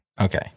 Okay